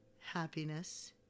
happiness